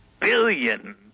billion